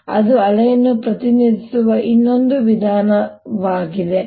ಅದು ಅಲೆಯನ್ನು ಪ್ರತಿನಿಧಿಸುವ ಇನ್ನೊಂದು ವಿಧಾನವಾಗಿದೆ ಬಲ